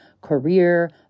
career